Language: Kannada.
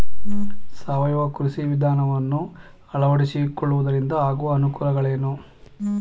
ಸಾವಯವ ಕೃಷಿ ವಿಧಾನವನ್ನು ಅಳವಡಿಸಿಕೊಳ್ಳುವುದರಿಂದ ಆಗುವ ಅನುಕೂಲಗಳೇನು?